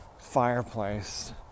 fireplace